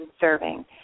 serving